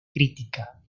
crítica